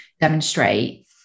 demonstrate